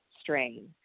strain